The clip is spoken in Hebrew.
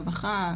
רווחה,